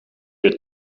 weer